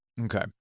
Okay